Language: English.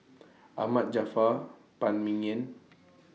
Ahmad Jaafar Phan Ming Yen